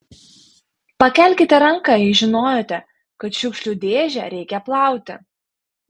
pakelkite ranką jei žinojote kad šiukšlių dėžę reikia plauti